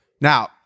Now